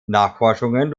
nachforschungen